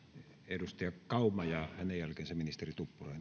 edustaja kauma ja hänen jälkeensä ministeri tuppurainen